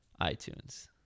iTunes